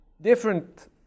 different